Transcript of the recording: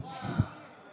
אני רוצה להשיב.